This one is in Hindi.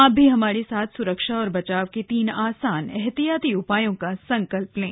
आप भी हमारे साथ स्रक्षा और बचाव के तीन आसान एहतियाती उपायों का संकल्प लें